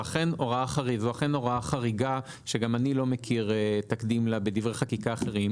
ואכן זו הוראה חריגה שגם אני לא מכיר תקדים לה בדברי חקיקה אחרים,